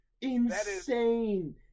Insane